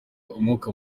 umwuka